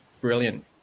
brilliant